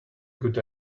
good